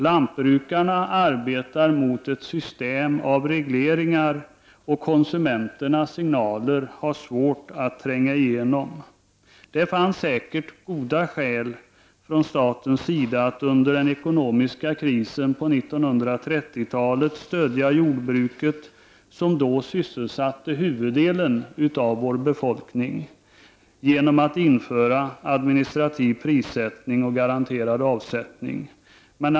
Lantbrukarna arbetar mot ett system av regleringar, och konsumenternas signaler har svårt att tränga igenom. Det fanns säkert goda skäl från statens sida att under den ekonomiska krisen på 1930-talet stödja jordbruket, som då sysselsatte huvuddelen av befolkningen, genom att införa administrativ prissättning och garanterad avsättning.